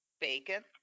Bacon